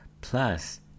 plus